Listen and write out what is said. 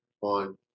on